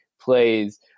plays